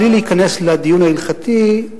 בלי להיכנס לדיון ההלכתי,